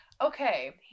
Okay